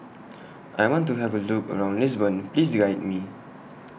I want to Have A Look around Lisbon Please Guide Me